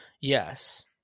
Yes